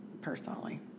Personally